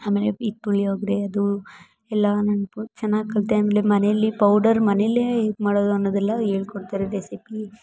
ಆಮೇಲೆ ಈ ಪುಳಿಯೋಗರೆ ಅದು ಎಲ್ಲ ನನ್ನ ಪು ಚೆನ್ನಾಗಿ ಕಲಿತೆ ಆಮೇಲೆ ಮನೇಲಿ ಪೌಡರ್ ಮನೇಲೇ ಹೇಗೆ ಮಾಡೋದು ಅನ್ನೋದೆಲ್ಲ ಹೇಳ್ಕೊಡ್ತರೆ ರೆಸಿಪಿ